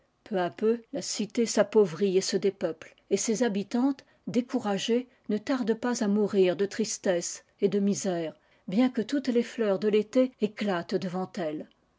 peu à peu la cité s'appauvrit et se dépeuple et ses habitantes découragées ne tardent pas à mourir de tristesse et de misère bien que toutes les fleurs de télé éclatent devant elles